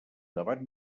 debat